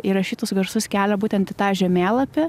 įrašytus garsus kelia būtent į tą žemėlapį